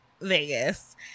vegas